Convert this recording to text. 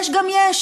יש גם יש.